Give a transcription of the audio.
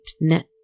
net